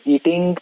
Eating